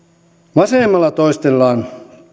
vasemmalla toistellaan